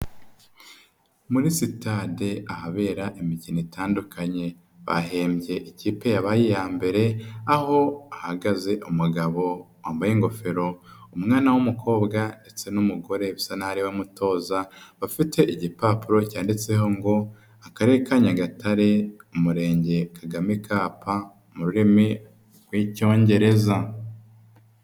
Muri sitade ahabera imikino itandukanye bahembye ikipe yabaye iya mbere aho hahagaze umugabo wambaye ingofero, umwana w'umukobwa ndetse n'umugore bisa n'aho ari we mutoza bafite igipapuro cyanditseho ngo: "Akarere ka Nyagatare, Umurenge Kagame Cup" mu rurimi rw'Icyongereza.